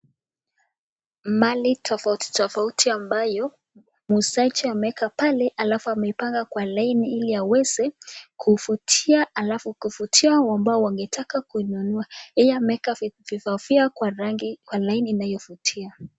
Mali tofauti tofauti ambayo muuzaji ameeka pale alafu ameipanga kwa laini ili aweze kuvutia alafu kuvutia wao ambao wagetaka kununua. Yeye ameeka vifaa kwa laini inayovutia.